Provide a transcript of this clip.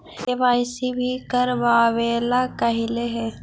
KYC भी करवावेला कहलिये हे?